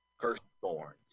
Firstborn